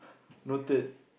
noted